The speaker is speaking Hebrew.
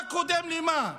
מה קודם למה,